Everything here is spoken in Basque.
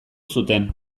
zuten